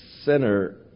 Center